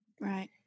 Right